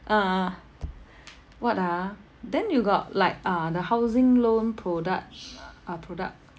uh what ah then you got like uh the housing loan product ma~ uh product